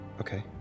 Okay